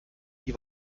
die